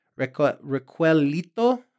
Requelito